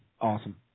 Awesome